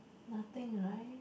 nothing right